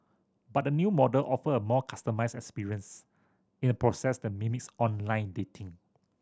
but the new model offer a more customised experience in a process that mimics online dating